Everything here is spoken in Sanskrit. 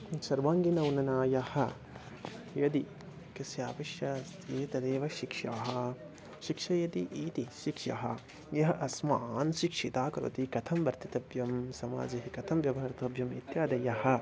सर्वाङ्गीण उन्नयनाय यदि कस्याः अवश्यकता अस्ति तदेव शिक्षा शिक्षयति इति शिक्षा यः अस्मान् शिक्षितान् करोति कथं वर्तितव्यं समाजे कथं व्यवहर्तव्यम् इत्यादयः